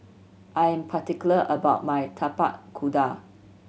I'm particular about my Tapak Kuda